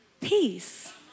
peace